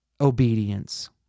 obedience